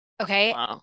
Okay